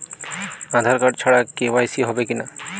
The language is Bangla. আধার কার্ড ছাড়া কে.ওয়াই.সি হবে কিনা?